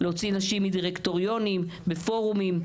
להוציא נשים מדירקטוריונים בפורומים,